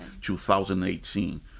2018